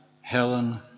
Helen